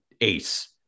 ace